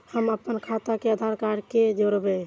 हम अपन खाता के आधार कार्ड के जोरैब?